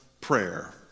prayer